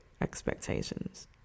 expectations